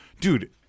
Dude